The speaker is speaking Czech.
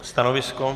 Stanovisko?